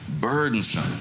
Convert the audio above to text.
burdensome